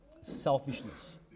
selfishness